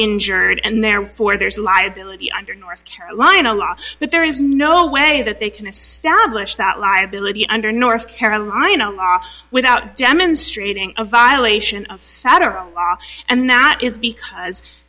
injured and therefore there's liability under north carolina law but there is no way that they can establish that liability under north carolina law without demonstrating a violation of federal law and that is because